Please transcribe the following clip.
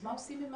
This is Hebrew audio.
אז מה עושים עם